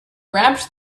wrapped